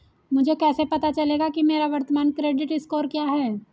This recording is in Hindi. मुझे कैसे पता चलेगा कि मेरा वर्तमान क्रेडिट स्कोर क्या है?